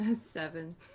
seven